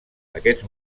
aquests